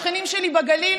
השכנים שלי בגליל,